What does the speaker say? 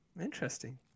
interesting